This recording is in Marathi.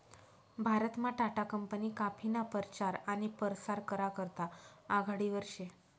भारतमा टाटा कंपनी काफीना परचार आनी परसार करा करता आघाडीवर शे